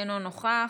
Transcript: אינו נוכח.